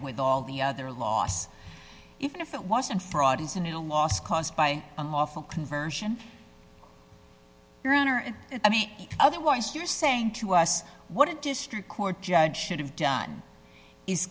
with all the other loss even if it wasn't fraud isn't a loss caused by unlawful conversion your honor and i mean otherwise you're saying to us what a district court judge should have done is